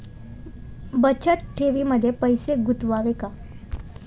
बचत ठेवीमध्ये पैसे गुंतवावे का?